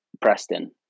Preston